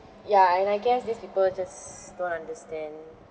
ya and I guess these people just don't understand